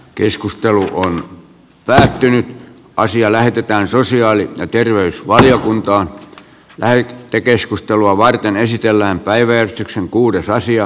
keskustelu on kaikkien asia lähetetään sosiaali ja terveysvaliokunta se olisi ollut hyvä lisäys tähän mukaan